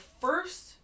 first